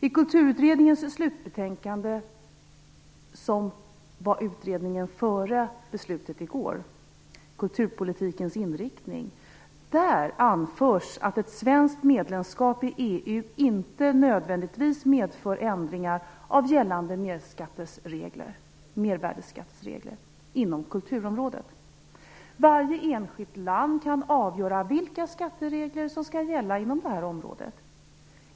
I kulturutredningens slutbetänkande, Kulturpolitikens inriktning, som föregick beslutet i går, anförs att ett svenskt medlemskap i EU inte nödvändigtvis medför ändringar av gällande mervärdesskatteregler inom kulturområdet. Varje enskilt land kan avgöra vilka skatteregler som skall gälla inom detta område.